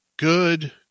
Good